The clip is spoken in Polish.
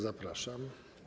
Zapraszam.